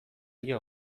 dio